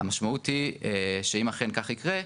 המשמעות היא שאם אכן כך יקרה,